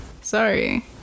sorry